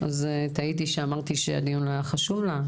אז טעיתי כשאמרתי שהדיון לא היה חשוב לה.